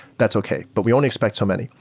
that's okay, but we only expect so many.